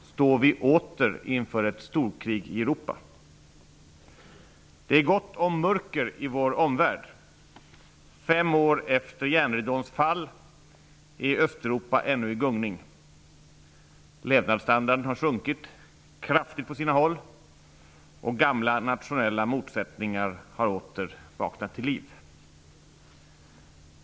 Står vi åter inför ett storkrig i Europa? Det är gott om mörker i vår omvärld. Fem år efter järnridåns fall är Östeuropa ännu i gungning. Levnadsstandarden har sjunkit -- kraftigt på sina håll -- och gamla nationella motsättningar har åter vaknat till liv.